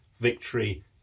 Victory